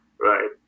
right